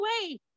away